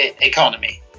economy